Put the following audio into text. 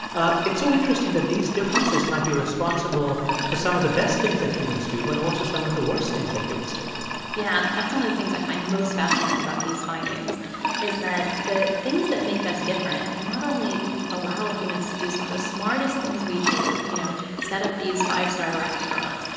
it's so interesting that these differences might be responsible for some of the best things that humans do but also some of the worst things that humans do yeah, that's one of the things i find most fascinating about these findings is that the things that make us different not only allow humans to do some of the smartest things we do you know, set up these five-star restaurants,